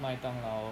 麦当劳